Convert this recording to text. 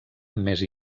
més